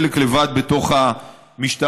חלק לבד בתוך המשטרה,